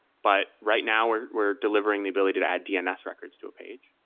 but right now we're we're delivering the ability to add dns records to page,